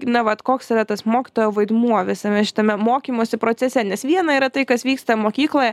na vat koks yra tas mokytojo vaidmuo visame šitame mokymosi procese nes viena yra tai kas vyksta mokykloje